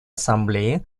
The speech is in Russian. ассамблеи